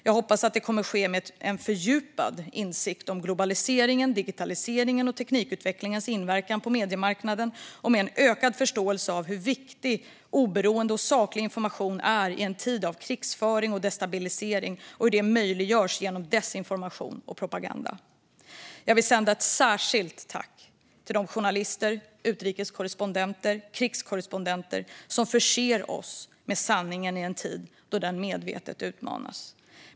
Jag hoppas att det kommer att ske med en fördjupad insikt om globaliseringens, digitaliseringens och teknikutvecklingens inverkan på mediemarknaden och med en ökad förståelse av hur viktig oberoende och saklig information är i en tid av krigföring och destabilisering och hur det möjliggörs genom desinformation och propaganda. Jag vill sända ett särskilt tack till de journalister, utrikeskorrespondenter och krigskorrespondenter som förser oss med sanningen i en tid då den medvetet utmanas.